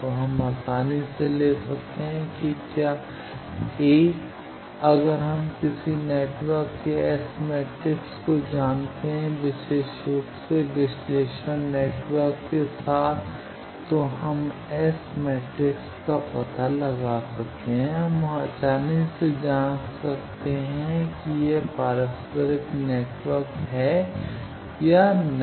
तो हम आसानी से ले सकते हैं कि क्या A अगर हम किसी नेटवर्क के S मैट्रिक्स को जानते हैं विशेष रूप से विश्लेषक नेटवर्क के साथ तो हम S मैट्रिक्स का पता लगा सकते हैं हम आसानी से जांच सकते हैं कि यह पारस्परिक नेटवर्क है या नहीं